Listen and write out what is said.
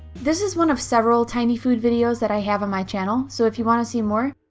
this is one of several tiny food videos that i have on my channel. so if you want to see more,